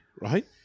right